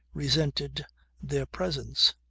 resented their presence.